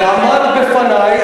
ועמד בפני,